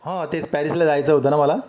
हां तेच पॅरिसला जायचं होतं ना मला